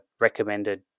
recommended